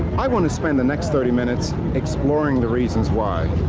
i want to spend the next thirty minutes exploring the reasons why.